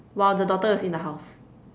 while the daughter was in the house